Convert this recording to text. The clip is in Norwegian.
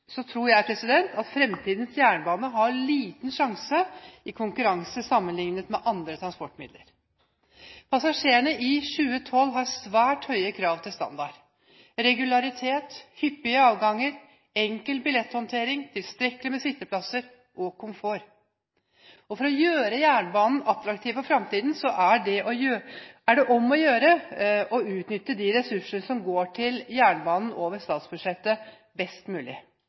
tror jeg at fremtidens jernbane har liten sjanse i konkurranse med andre transportmidler. Passasjerene i 2012 har svært høye krav til standard – til regularitet, hyppige avganger, enkel billetthåndtering, tilstrekkelig med sitteplasser og komfort. For å gjøre jernbanen attraktiv for fremtiden er det om å gjøre å utnytte de ressursene som går til jernbanen over statsbudsjettet, best mulig.